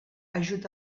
ajut